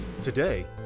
Today